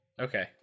okay